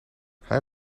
hij